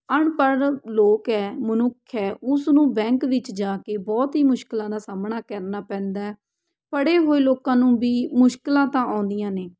ਅਨਪੜ੍ਹ ਲੋਕ ਹੈ ਮਨੁੱਖ ਹੈ ਉਸ ਨੂੰ ਬੈਂਕ ਵਿੱਚ ਜਾ ਕੇ ਬਹੁਤ ਹੀ ਮੁਸ਼ਕਿਲਾਂ ਦਾ ਸਾਹਮਣਾ ਕਰਨਾ ਪੈਂਦਾ ਹੈ ਪੜ੍ਹੇ ਹੋਏ ਲੋਕਾਂ ਨੂੰ ਵੀ ਮੁਸ਼ਕਿਲਾਂ ਤਾਂ ਆਉਂਦੀਆਂ ਨੇ